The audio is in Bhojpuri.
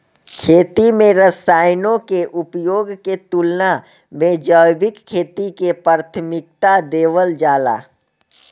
खेती में रसायनों के उपयोग के तुलना में जैविक खेती के प्राथमिकता देवल जाला